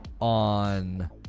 on